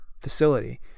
facility